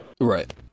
Right